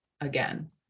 again